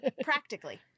Practically